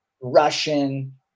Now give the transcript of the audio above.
russian